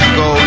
go